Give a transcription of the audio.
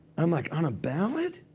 i'm like, on a ballad?